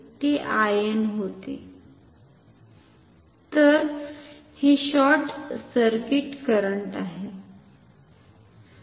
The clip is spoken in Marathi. तर हे शॉर्ट सर्किट करंट आहे